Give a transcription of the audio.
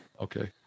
Okay